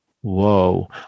whoa